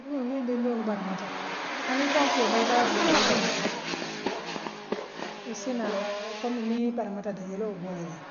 niŋ diŋdiŋoo barmata hanii faŋoo keebaa i taata dulaato i barmata le issi naanaŋ kommu nii barmata dee yeloo be boola jee